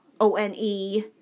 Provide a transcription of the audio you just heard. O-N-E